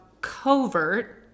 covert